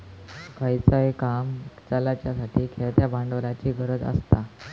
खयचाय काम चलाच्यासाठी खेळत्या भांडवलाची गरज आसता